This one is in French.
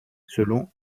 selon